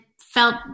felt